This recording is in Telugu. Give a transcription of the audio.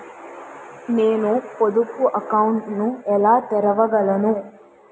నేను పొదుపు అకౌంట్ను ఎలా తెరవగలను?